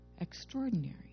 extraordinary